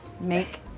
Make